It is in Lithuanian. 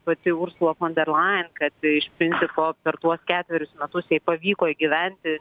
pati ursula fon der lajen kad iš principo per tuos ketverius metus jai pavyko įgyventi